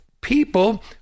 people